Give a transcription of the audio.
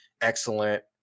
excellent